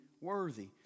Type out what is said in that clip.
worthy